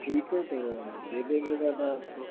ठीक है तो दे देंगे दादा आपको